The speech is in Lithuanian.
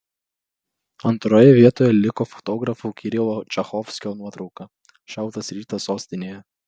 antroje vietoje liko fotografo kirilo čachovskio nuotrauka šaltas rytas sostinėje